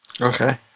Okay